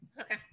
Okay